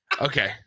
Okay